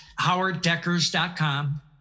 howarddeckers.com